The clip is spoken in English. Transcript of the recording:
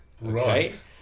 Right